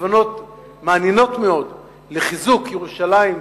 כוונות מעניינות מאוד לחיזוק ירושלים,